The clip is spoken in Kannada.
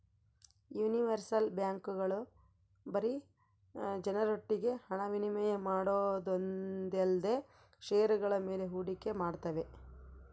ಯೂನಿವರ್ಸಲ್ ಬ್ಯಾಂಕ್ಗಳು ಬರೀ ಜನರೊಟ್ಟಿಗೆ ಹಣ ವಿನಿಮಯ ಮಾಡೋದೊಂದೇಲ್ದೆ ಷೇರುಗಳ ಮೇಲೆ ಹೂಡಿಕೆ ಮಾಡ್ತಾವೆ